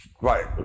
Right